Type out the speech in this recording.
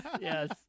yes